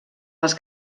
els